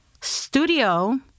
studio